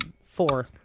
Four